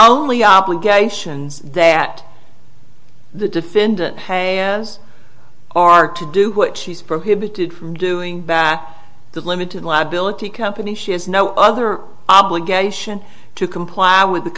only obligations that the defendant has are to do what she's prohibited from doing that limited liability company she has no other obligation to comply with the